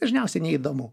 dažniausiai neįdomu